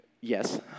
Yes